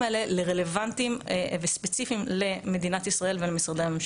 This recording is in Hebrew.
האלה לרלוונטיים וספציפיים למדינת ישראל ולמשרדי הממשלה.